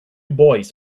boys